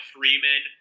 Freeman